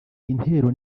intero